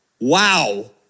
Wow